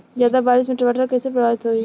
ज्यादा बारिस से टमाटर कइसे प्रभावित होयी?